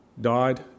died